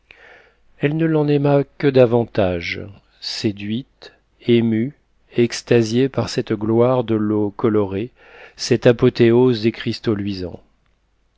elle ne l'en aima que davantage séduite émue extasiée par cette gloire de l'eau colorée cette apothéose des cristaux luisants